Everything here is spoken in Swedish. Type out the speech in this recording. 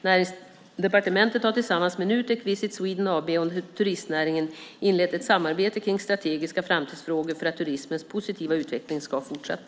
Näringsdepartementet har tillsammans med Nutek, Visit Sweden AB och turistnäringen inlett ett samarbete kring strategiska framtidsfrågor för att turismens positiva utveckling ska fortsätta.